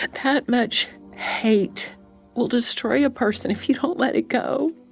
ah that much hate will destroy a person if you don't let it go.